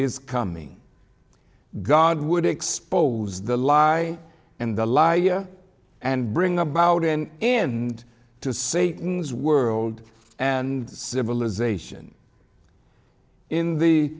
his coming god would expose the lie and the lie and bring about an end to say and civilization in the